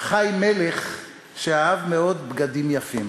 חי מלך שאהב מאוד בגדים יפים.